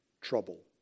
trouble